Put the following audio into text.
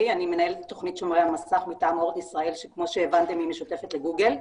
מנהלת תכנית "שומרי מסך" מטעם אורט ישראל שכמו שהבנתם היא משותפת לגוגל.